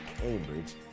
Cambridge